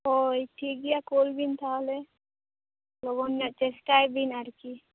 ᱦᱳᱭ ᱴᱤᱠ ᱜᱮᱭᱟ ᱠᱳᱞ ᱵᱤᱱ ᱛᱟᱦᱚᱞᱮ ᱞᱚᱜᱚᱱ ᱧᱚᱜ ᱪᱮᱥᱴᱟᱭ ᱵᱤᱱ ᱟᱨᱠᱤ